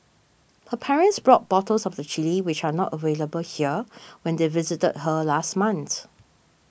her parents brought bottles of the chilli which are not available here when they visited her last month